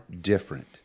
different